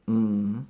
mm